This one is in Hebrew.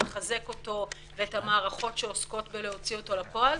נחזק אותו ואת המערכות שעוסקות בהוצאה שלו לפועל,